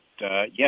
yes